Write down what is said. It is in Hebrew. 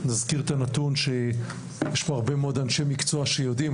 נזכיר את הנתון שיש פה הרבה מאוד אנשי מקצוע שיודעים,